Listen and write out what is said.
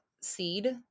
seed